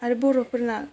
आरो बर'फोरना